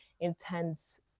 intense